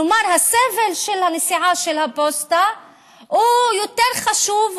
כלומר, הסבל של הנסיעה בפוסטה הוא יותר חשוב,